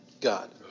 God